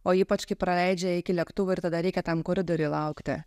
o ypač kai praleidžia iki lėktuvo ir tada reikia tam koridoriuje laukti